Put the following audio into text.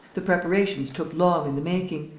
the preparations took long in the making.